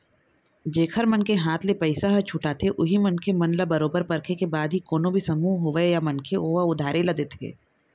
जेखर मन के हाथ ले पइसा ह छूटाथे उही मनखे मन ल बरोबर परखे के बाद ही कोनो भी समूह होवय या मनखे होवय उधारी ल देथे